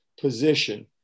position